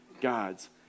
gods